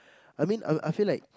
I mean I'll I'll feel like